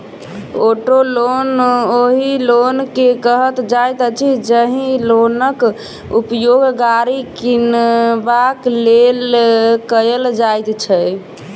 auto loan ओहि loan के कहल जाइत अछि, जाहि लोनक उपयोग गाड़ी किनबाक लेल कयल जाइत छै